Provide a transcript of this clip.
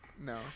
No